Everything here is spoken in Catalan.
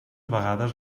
vegades